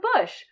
Bush